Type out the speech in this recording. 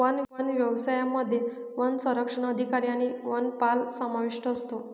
one व्यवसायामध्ये वनसंरक्षक अधिकारी आणि वनपाल समाविष्ट असतो